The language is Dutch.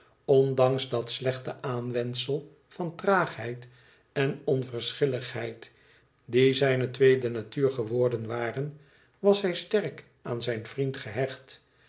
ondanks dat slechte aanwendsel van traagheid en onverschilligheid die zijne tweede natuur geworden waren was hij sterk aan zijn vriend gehecht